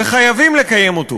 וחייבים לקיים אותו,